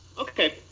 okay